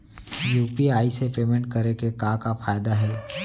UPI से payment करे के का का फायदा हे?